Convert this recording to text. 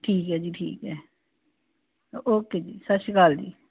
ਠੀਕ ਹੈ ਜੀ ਠੀਕ ਹੈ ਓ ਓਕੇ ਜੀ ਸਤਿ ਸ਼੍ਰੀ ਅਕਾਲ ਜੀ